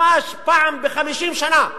ממש, פעם ב-50 שנה.